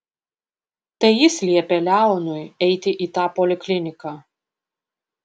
tai jis liepė leonui eiti į tą polikliniką